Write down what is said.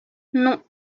non